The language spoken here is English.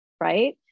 right